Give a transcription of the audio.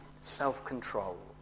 self-control